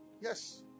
Yes